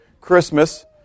Christmas